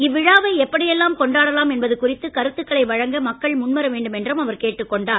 இவ்விழாவை எப்படியெல்லாம் கொண்டாடலாம் என்பது குறித்து கருத்துக்களை வழங்க மக்கள் முன்வர வேண்டும் என்றும் அவர் கேட்டுக் கொண்டார்